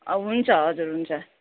अँ हुन्छ हजुर हुन्छ